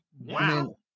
Wow